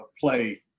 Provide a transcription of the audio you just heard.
play